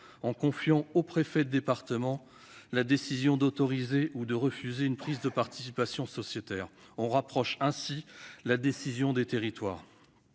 en confiant au préfet de département la décision d'autoriser ou de refuser une prise de participation sociétaire ; on rapproche ainsi la décision des territoires.